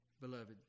Beloved